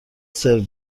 سرو